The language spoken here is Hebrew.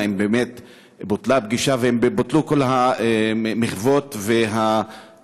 האם באמת בוטלה הפגישה והאם בוטלו כל המחוות והדברים